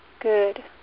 Good